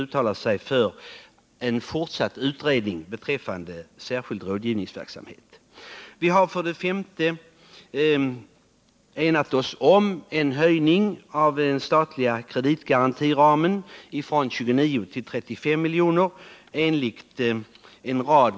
Vi har för det femte, enligt en rad motionskrav och trädgårdsnäringsutredningens förslag, enat oss om en höjning av den statliga kreditgarantiramen från 29 till 35 miljoner.